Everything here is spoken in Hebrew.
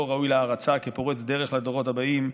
ראוי להערצה כפורץ דרך לדורות הבאים.